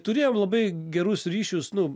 turėjom labai gerus ryšius nu